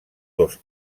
dos